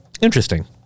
Interesting